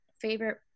favorite